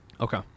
Okay